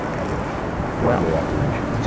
of a broadway operation?